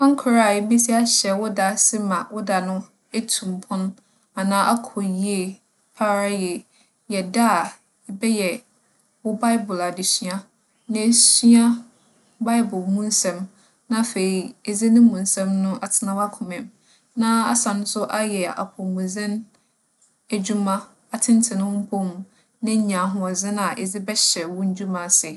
Kwan kor a ibesi ahyɛ wo da ase ma wo da no etu mpon anaa akͻ yie paa ara yie yɛ da a ebɛyɛ wo Baebor adesua na esua Baebor mu nsɛm. Na afei, edze no mu nsɛm no atsena w'akoma mu. Na asan so ayɛ apͻwmudzen edwuma, atsentsen wo mpͻw mu na enya ahoͻdzen a edze bɛhyɛ wo ndwuma ase.